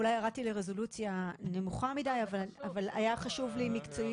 אולי ירדתי לרזולוציה נמוכה מדי אבל היה חשוב לי להעיר.